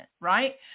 right